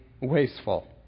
wasteful